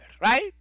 right